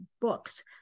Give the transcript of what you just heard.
books